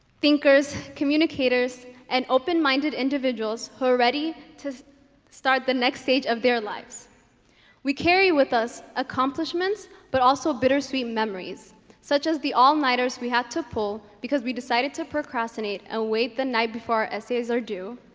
thinkers communicators and open-minded individuals who are ready to start the next stage of their lives we carry with us accomplishments but also bittersweet memories such as the all-nighters we had to pull because we decided to procrastinate and ah wait the night before our essays are due